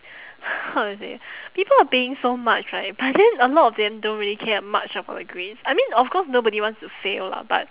how to say people are paying so much right but then a lot of them don't really care much about grades I mean of course nobody wants to say fail lah but